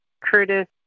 Curtis